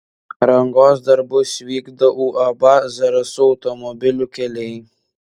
rangos darbus vykdo uab zarasų automobilių keliai